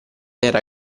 era